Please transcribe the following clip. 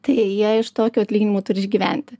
tai jie iš tokių atlyginimų turi išgyventi